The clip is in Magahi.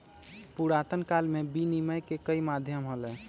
पुरातन काल में विनियम के कई माध्यम हलय